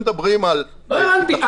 לא הבנתי.